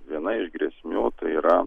viena iš grėsmių tai yra